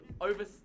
over-